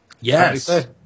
Yes